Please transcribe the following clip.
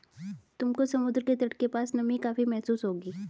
तुमको समुद्र के तट के पास नमी काफी महसूस होगी